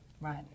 Right